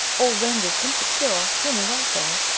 or renders insecure, human welfare,